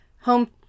Home